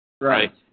Right